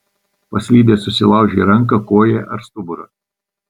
paslydęs susilaužei ranką koją ar stuburą